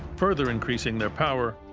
further increasing their power,